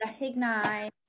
Recognize